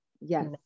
Yes